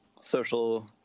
social